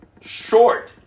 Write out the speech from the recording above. Short